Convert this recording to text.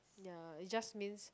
ya it just means